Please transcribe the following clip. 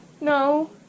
No